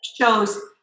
shows